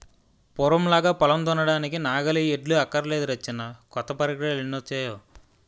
పూర్వంలాగా పొలం దున్నడానికి నాగలి, ఎడ్లు అక్కర్లేదురా చిన్నా కొత్త పరికరాలెన్నొచ్చేయో